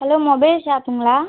hello mobile ஷாப்புங்களா